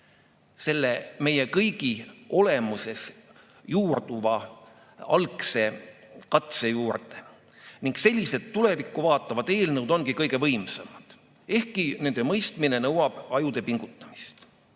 selle meie kõigi olemuses juurduva algse katse juurde. Sellised tulevikku vaatavad eelnõud ongi kõige võimsamad, ehkki nende mõistmine nõuab ajude pingutamist. Jagan